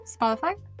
Spotify